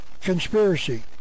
conspiracy